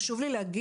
חשוב לי להגיד,